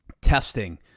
Testing